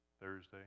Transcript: Thursday